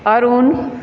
Arun